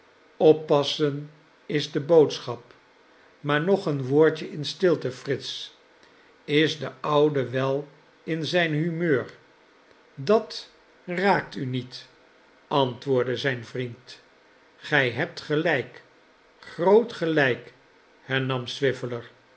oppassen is de boodschap maar nog een woordje in stilte frits is de oude wel in zijn humeur dat raakt u niet antwoordde zijn vriend gij hebt gelijk groot gelijk